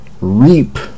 REAP